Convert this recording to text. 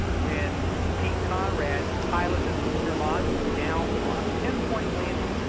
when pete conrad piloted the lunar module down on a pinpoint landing,